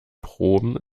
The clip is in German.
proben